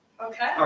Okay